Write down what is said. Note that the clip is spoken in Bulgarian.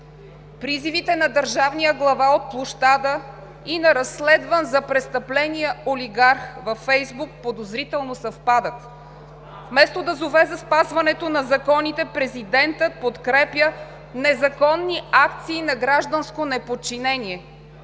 Призивите на държавния глава от площада и на разследвания за престъпления олигарх във Фейсбук подозрително съвпадат. Вместо да зове за спазването на законите, президентът подкрепя незаконни акции на гражданско неподчинение.